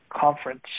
Conference